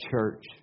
Church